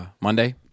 Monday